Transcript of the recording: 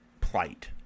plight